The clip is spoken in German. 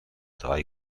drei